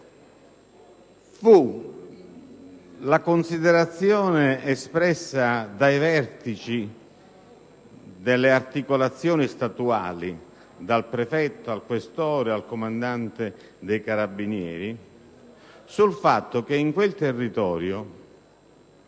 fu la considerazione espressa dai vertici delle articolazioni statuali - dal prefetto, al questore, al comandante dei carabinieri - sul fatto che in quei luoghi